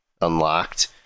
unlocked